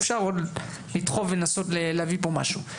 אפשר עוד לדחוף ולנסות להביא פה משהו.